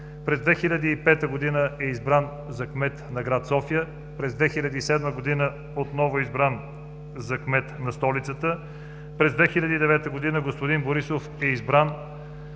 През 2005 г. е избран за кмет на град София. През 2007 г. отново е избран за кмет на столицата. През 2009 г. господин Борисов е избран